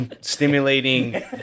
stimulating